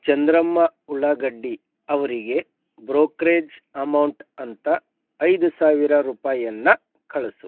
ಚಂದ್ರಮ್ಮ ಉಳ್ಳಾಗಡ್ಡಿ ಅವರಿಗೆ brokerage amount ಅಂತ ಐದು ಸಾವಿರ ರೂಪಾಯಿಯನ್ನ ಕಳಿಸು